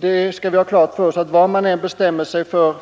Vi skall ha klart för oss att vart man än bestämmer att